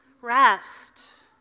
rest